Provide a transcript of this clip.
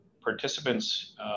participants